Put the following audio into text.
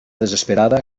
desesperada